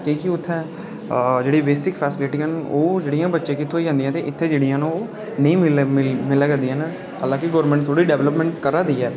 की के जेह्ड़ियां उत्थै बेसिक फैस्लिटियां न ओह् उत्थें बच्चें गी थ्होई जंदियां ते इत्थै बच्चें गी नेईं मिला करदियां न हालाकें गौरमेंट थोह्ड़ी डेवल्पमैंट करा दी ऐ